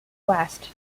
west